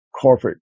corporate